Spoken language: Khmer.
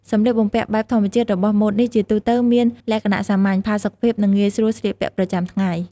សម្លៀកបំពាក់បែបធម្មតារបស់ម៉ូដនេះជាទូទៅមានលក្ខណៈសាមញ្ញ ផាសុកភាព និងងាយស្រួលស្លៀកពាក់ប្រចាំថ្ងៃ។